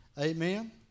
amen